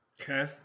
Okay